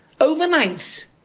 overnight